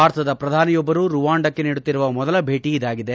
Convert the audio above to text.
ಭಾರತದ ಪ್ರಧಾನಿಯೊಬ್ಬರು ರುವಾಂಡಕ್ಕೆ ನೀಡುತ್ತಿರುವ ಮೊದಲ ಭೇಟಿಯಾಗಿದೆ